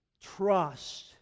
trust